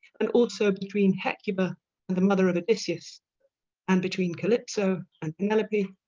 and also between hecuba and the mother of odysseus and between calypso and penelope,